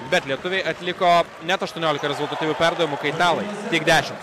bet lietuviai atliko net aštuoniolika rezultatyvių perdavimų kai italai tik dešimt